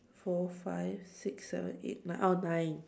four five six seven eight nine oh nine